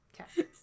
okay